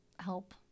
Help